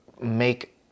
make